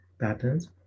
patterns